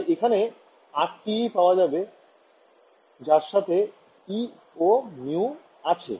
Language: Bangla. তাই এখানে RT E পাওয়া যাবে যার সাথে e ও μ আছে